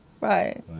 Right